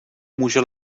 může